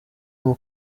muri